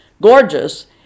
gorgeous